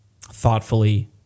thoughtfully